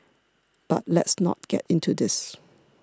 but let's not get into this